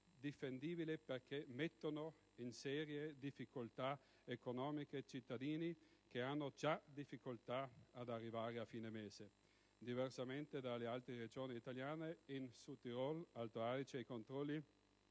difendibile, perché mette in seria difficoltà economica cittadini che hanno già difficoltà ad arrivare a fine mese. Diversamente dalle altre Regioni italiane, in Trentino-Alto Adige/Südtirol i